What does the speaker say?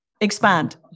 Expand